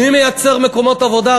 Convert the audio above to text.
מי מייצר מקומות עבודה?